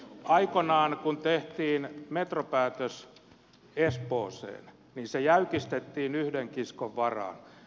aikoinaan kun tehtiin metropäätös espooseen niin se jäykistettiin yhden kiskon varaan